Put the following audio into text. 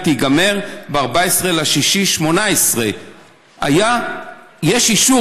היא תיגמר ב-14 ביוני 2018. יש אישור,